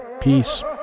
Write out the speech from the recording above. Peace